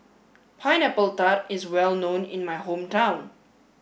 pineapple tart is well known in my hometown